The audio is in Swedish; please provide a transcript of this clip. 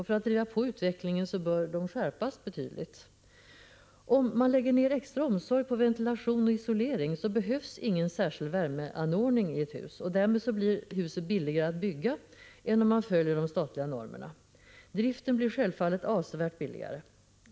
För att driva på utvecklingen bör de skärpas betydligt. Om man lägger ned extra omsorg på ventilation och isolering behövs ingen särskild värmeanordning i ett hus. Därmed blir huset billigare att bygga än om man följer de statliga normerna. Driften blir självfallet avsevärt billigare.